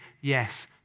yes